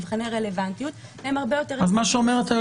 מבחני רלוונטיות הם הרבה יותר --- אז מה שאומרת